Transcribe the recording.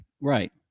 right